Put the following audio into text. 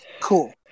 Cool